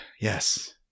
Yes